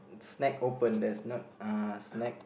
snack open there's not uh snack